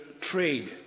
trade